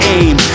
aim